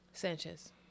Sanchez